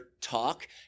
talk